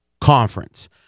conference